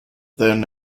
then